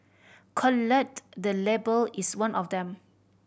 collate the Label is one of them